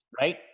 Right